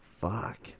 fuck